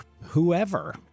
whoever